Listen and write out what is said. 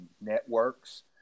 networks